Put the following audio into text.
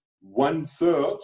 one-third